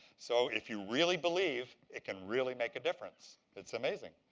so if you really believe it can really make a difference. it's amazing.